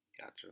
Gotcha